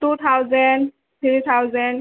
to thousand three thousand